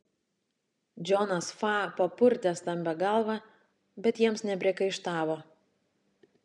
džonas fa papurtė stambią galvą bet jiems nepriekaištavo